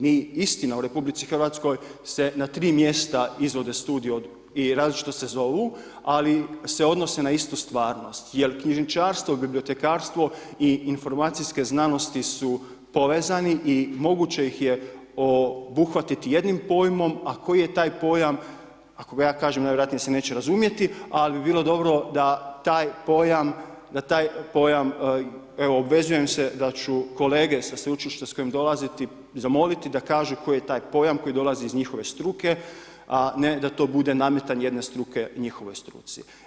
Mi istina u RH se na tri mjesta izvode studiji i različito se zovu ali se odnose na istu stvarnost jer knjižničarstvo, bibliotekarstvo i informacijske znanosti su povezani i moguće ih je obuhvatiti jednim pojmom a koji je taj pojam, ako ga ja kažem, najvjerojatnije se neće razumjeti ali bi bilo dobro da taj pojam, da taj pojam, evo obvezujem se da ću kolege sa sveučilišta s kojim ... zamoliti da kaže koji je taj pojam koji dolazi iz njihove struke a ne da to bude nametanje jedne struke, njihovoj struci.